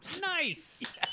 Nice